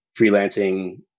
freelancing